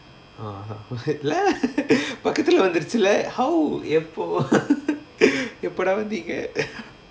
ah uh இல்ல:illa பக்கதுல வந்துருச்சுல:pakathula vanthuruchula how எப்போ:eppo எப்போடா வந்தீங்க:eppoda vantheenga